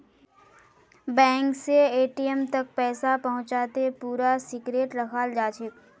bank स ATM तक पैसा पहुंचाते पूरा सिक्रेट रखाल जाछेक